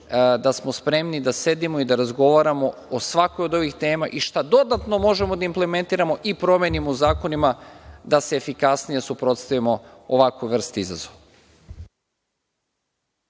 da smo spremni da sedimo i da razgovaramo o svakoj od ovih tema i šta dodatno možemo da implementiramo i promenimo u zakonima da se efikasnije suprotstavimo ovakvoj vrsti izazova.